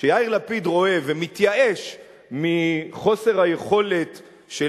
כשיאיר לפיד רואה ומתייאש מחוסר היכולת של